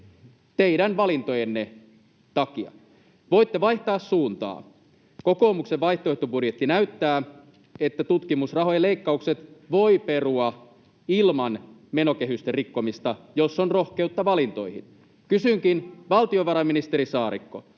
teidän valintojenne takia. Voitte vaihtaa suuntaa. Kokoomuksen vaihtoehtobudjetti näyttää, että tutkimusrahojen leikkaukset voi perua ilman menokehysten rikkomista, jos on rohkeutta valintoihin. Kysynkin, valtiovarainministeri Saarikko: